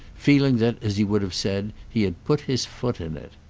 feeling that, as he would have said, he had put his foot in it.